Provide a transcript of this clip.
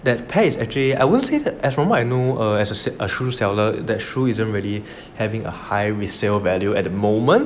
that pair actually I wouldn't say as from what I know or as a shoe seller that shoe isn't really having a high resale value at the moment